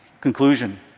Conclusion